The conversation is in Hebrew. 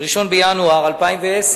1 בינואר 2010,